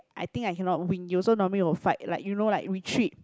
I think I cannot win you so normally will fight like you know like retreat